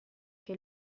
che